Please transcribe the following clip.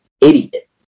idiot